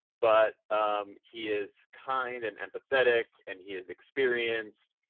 but he is kind and empathetic and he is experienced,